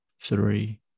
three